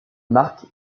marc